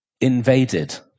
invaded